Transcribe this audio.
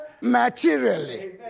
materially